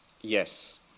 Yes